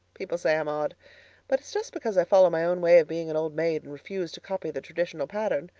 people say i'm odd but it's just because i follow my own way of being an old maid and refuse to copy the traditional pattern.